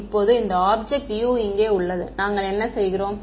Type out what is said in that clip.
இப்போது இந்த object U இங்கே உள்ளது நாங்கள் என்ன செய்கிறோம்